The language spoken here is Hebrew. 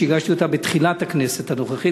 שהגשתי בתחילת הכנסת הנוכחית,